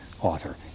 author